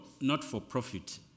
not-for-profit